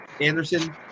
Anderson